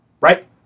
right